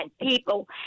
people